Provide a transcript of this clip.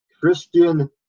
Christian